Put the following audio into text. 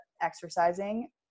exercising